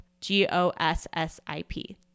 G-O-S-S-I-P